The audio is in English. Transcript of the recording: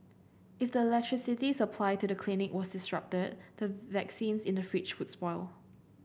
if the electricity supply to the clinic was disrupted the vaccines in the fridge would spoil